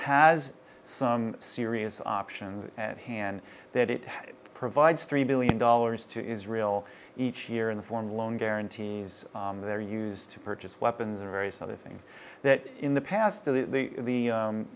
has some serious options at hand that it provides three billion dollars to israel each year in the form loan guarantees they're used to purchase weapons and various other things that in the past of the